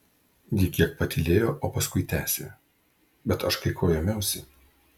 ji kiek patylėjo o paskui tęsė bet aš kai ko ėmiausi